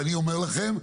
ואני אומר לכם,